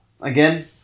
again